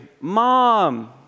mom